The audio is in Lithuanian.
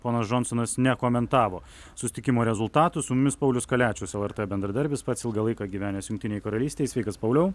ponas džonsonas nekomentavo susitikimo rezultatų su mumis paulius kaliačius lrt bendradarbis pats ilgą laiką gyvenęs jungtinėj karalystėj sveikas pauliau